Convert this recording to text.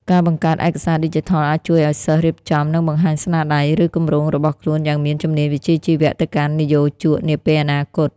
ការបង្កើត ឯកសារឌីជីថល អាចជួយឱ្យសិស្សរៀបចំ និងបង្ហាញស្នាដៃ ឬគម្រោងរបស់ខ្លួនយ៉ាងមានជំនាញវិជ្ជាជីវៈទៅកាន់និយោជកនាពេលអនាគត។